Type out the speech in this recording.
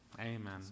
Amen